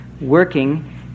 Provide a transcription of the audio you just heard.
working